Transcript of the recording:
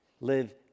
Live